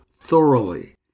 thoroughly